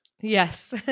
Yes